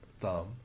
thumb